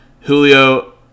Julio